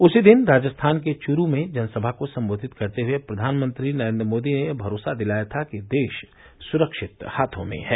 उसी दिन राजस्थान के चुरू में जनसभा को संबोधित करते हुए प्रधानमंत्री नरेन्द्र मोदी ने भरोसा दिलाया था कि देश सुरक्षित हाथों में है